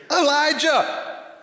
Elijah